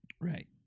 Right